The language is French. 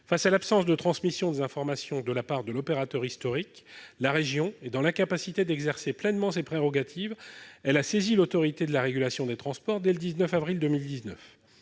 Face à l'absence de transmission des informations de la part de l'opérateur historique, la région, dans l'incapacité d'exercer pleinement ses prérogatives, a saisi l'Autorité de régulation des transports (ART) dès le 19 avril 2019.